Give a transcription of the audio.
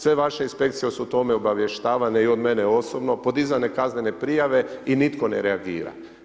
Sve vaše inspekcije su o tome obavještavane i od mene osobno, podizane kaznene prijave i nitko ne reagira.